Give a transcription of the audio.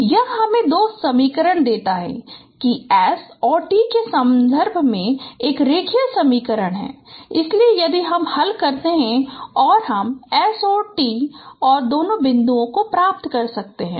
तो यह हमें दो समीकरण देता है कि s और t के संदर्भ में एक रेखीय समीकरण इसलिए यदि हम हल करते हैं और हम s और t और बिंदु प्राप्त कर सकते हैं